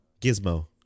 Gizmo